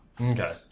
Okay